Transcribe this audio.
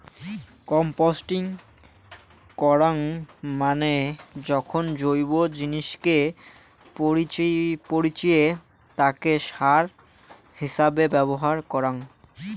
composting করাঙ মানে যখন জৈব জিনিসকে পচিয়ে তাকে সার হিছাবে ব্যবহার করঙ